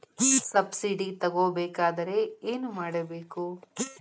Subsidy ತಗೊಬೇಕಾದರೆ ಏನು ಮಾಡಬೇಕು?